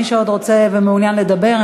מי שעוד רוצה ומעוניין לדבר,